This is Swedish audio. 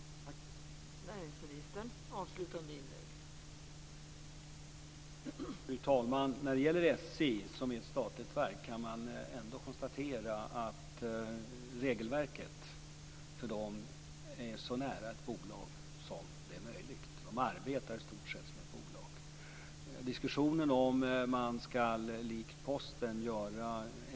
Tack!